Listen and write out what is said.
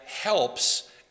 helps